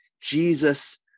Jesus